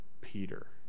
Peter